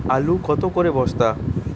আলু কত করে বস্তা?